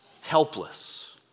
helpless